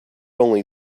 only